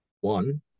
one